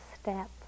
step